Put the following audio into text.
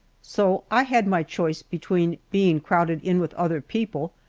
so i had my choice between being crowded in with other people,